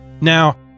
Now